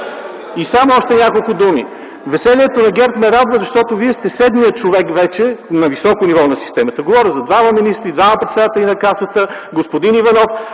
И още няколко думи. Веселието на ГЕРБ ме радва, защото Вие вече сте седмият човек на високо ниво в системата – говоря за двама министри, двама председатели на Касата, господин Иванов.